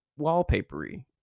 wallpapery